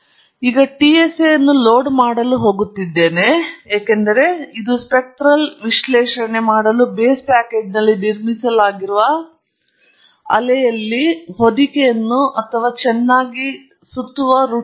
ಮತ್ತು ನಾನು ಅದನ್ನು ಲೋಡ್ ಮಾಡಲು ಹೋಗುತ್ತಿದ್ದೇನೆ ಏಕೆಂದರೆ ಇದು ಸ್ಪೆಕ್ಟ್ರಲ್ ವಿಶ್ಲೇಷಣೆ ಮಾಡಲು ಬೇಸ್ ಪ್ಯಾಕೇಜ್ನಲ್ಲಿ ನಿರ್ಮಿಸಲಾಗಿರುವ ಅಲೆಯಲ್ಲಿ ಹೊದಿಕೆಯನ್ನು ಅಥವಾ ಚೆನ್ನಾಗಿ ಸುತ್ತುವ ವಾಡಿಕೆಯಿದೆ